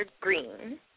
green